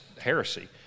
heresy